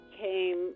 came